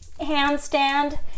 handstand